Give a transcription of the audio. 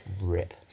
Rip